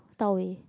Da-Wei